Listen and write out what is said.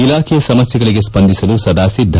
ಇಲಾಖೆಯ ಸಮಸ್ಥೆಗಳಿಗೆ ಸ್ವಂದಿಸಲು ಸದಾ ಸಿದ್ದ